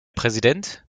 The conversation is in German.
präsident